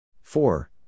Four